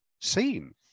seen